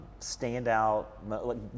standout